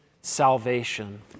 salvation